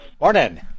Morning